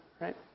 right